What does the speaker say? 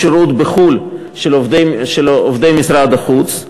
בחו"ל של עובדי משרד החוץ.